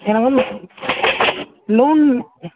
என்ன ma'am loan